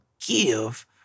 give